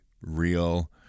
real